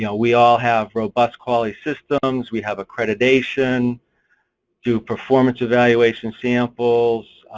you know we all have robust quality systems, we have accreditation through performance evaluation samples